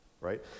Right